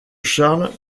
charles